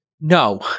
no